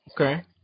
Okay